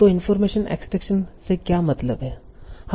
तो information extraction से क्या मतलब है